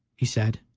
he said,